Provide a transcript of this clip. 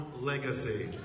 legacy